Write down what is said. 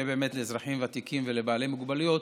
שאזרחים ותיקים ובעלי מוגבלויות